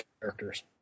characters